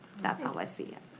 that's how i see it.